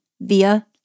via